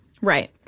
Right